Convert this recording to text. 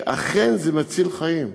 שאכן אצלה זה מציל חיים.